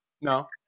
No